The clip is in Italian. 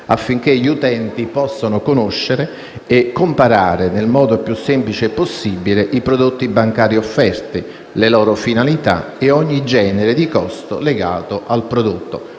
affinché gli utenti possano conoscere e comparare, nel modo più semplice possibile, i prodotti bancari offerti, le loro finalità e ogni genere di costo legato al prodotto.